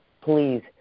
Please